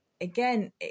again